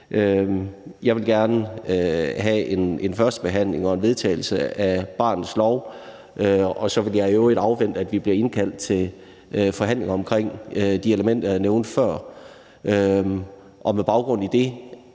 Jeg vil gerne have en førstebehandling og en vedtagelse af barnets lov, og så vil jeg i øvrigt afvente, at vi bliver indkaldt til forhandlinger omkring de elementer, jeg nævnte før. Og med baggrund i det